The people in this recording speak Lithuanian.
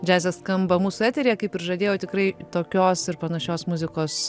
džiazas skamba mūsų eteryje kaip ir žadėjau tikrai tokios ir panašios muzikos